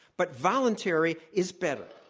but voluntary is better.